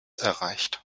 erreicht